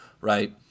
right